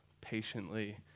patiently